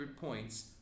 points